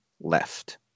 left